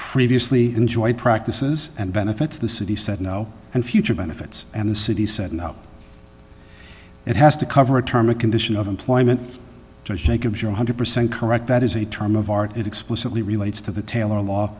previously enjoyed practices and benefits the city said no and future benefits and the city said no it has to cover a term a condition of employment jacobs you one hundred percent correct that is a term of art it explicitly relates to the taylor law